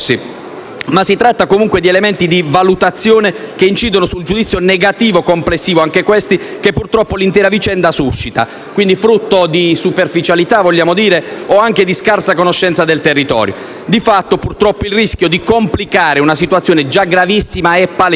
ma si tratta comunque di elementi di valutazione, che incidono sul giudizio negativo complessivo, che purtroppo l'intera vicenda suscita, frutto di superficialità o anche di scarsa conoscenza del territorio. Di fatto, purtroppo, il rischio di complicare una situazione già gravissima è palese.